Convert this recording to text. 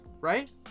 right